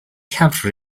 have